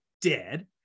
dead